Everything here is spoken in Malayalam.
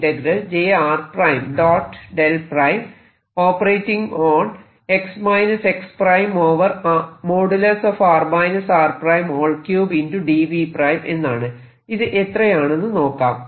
ഇത് എത്രയാണെന്ന് നോക്കാം